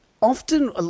Often